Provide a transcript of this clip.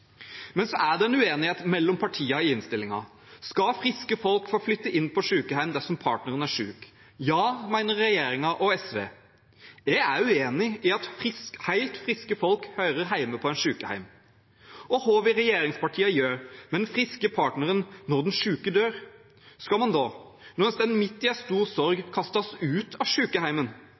Så er det en uenighet mellom partiene i innstillingen. Skal friske folk få flytte inn på sykehjem dersom partneren er syk? Ja, mener regjeringen og SV. Jeg er uenig i at helt friske folk hører hjemme på et sykehjem, og hva vil regjeringspartiene gjøre med den friske partneren når den syke dør? Skal en da, når en står midt i en stor sorg, kastes ut av